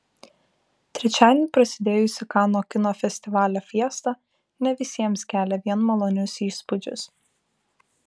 trečiadienį prasidėjusi kanų kino festivalio fiesta ne visiems kelia vien malonius įspūdžius